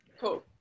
cool